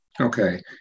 Okay